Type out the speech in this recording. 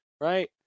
right